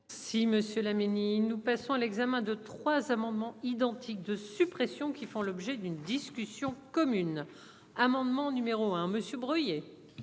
Si monsieur Laménie nous passons à l'examen de trois amendements identiques de suppression qui font l'objet d'une discussion commune amendement numéro 1 Monsieur Bruillet.